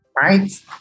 right